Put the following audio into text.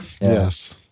yes